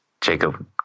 Jacob